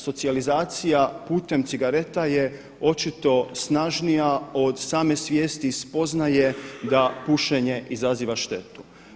Socijalizacija putem cigareta je očito snažnija od same svijesti i spoznaje da pušenje izaziva štetu.